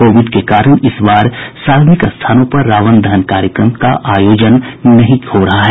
Covid के कारण इस बार सार्वजनिक स्थानों पर रावण दहन कार्यक्रम का आयोजन नहीं किया जा रहा है